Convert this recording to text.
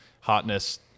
Hotness